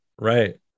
right